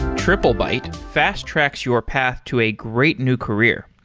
triplebyte fast-tracks your path to a great new career.